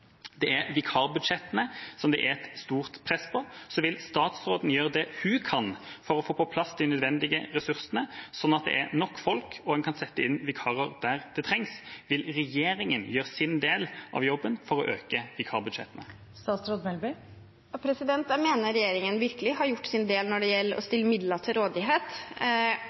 Det er vikarbudsjettene det er et stort press på. Vil statsråden gjøre det hun kan for å få på plass de nødvendige ressursene, slik at det er nok folk og en kan sette inn vikarer der det trengs? Vil regjeringa gjøre sin del av jobben for å øke vikarbudsjettene? Jeg mener regjeringen virkelig har gjort sin del når det gjelder å stille midler til rådighet.